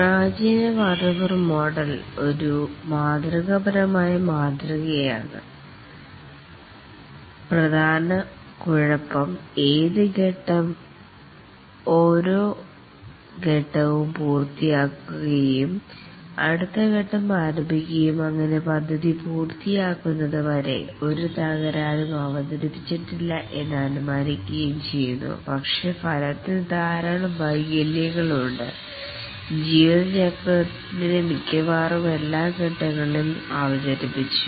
പ്രാചീന waterfall model ഒരു മാതൃകാപരമായ മാതൃകയാണ് പ്രധാന കുഴപ്പം ഏത് ഫേസ് ഓരോ ഫേസ് വും പൂർത്തിയാക്കുകയും അടുത്തഫേസ് ആരംഭിക്കുകയും അങ്ങനെ പദ്ധതി പൂർത്തിയാകുന്നത് വരെ ഒരു തകരാറും അവതരിപ്പിച്ചിട്ടില്ല എന്ന് അനുമാനിക്കുകയും ചെയ്യുന്നു പക്ഷേ ഫലത്തിൽ ധാരാളം വൈകല്യങ്ങൾ ഉണ്ട് ജീവിത ചക്രത്തിൻറെ മിക്കവാറും എല്ലാ ഫേസ് ങ്ങളിലും അവതരിപ്പിച്ചു